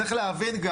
צריך להבין,